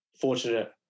Fortunate